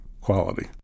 quality